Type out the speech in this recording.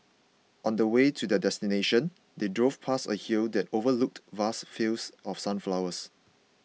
on the way to their destination they drove past a hill that overlooked vast fields of sunflowers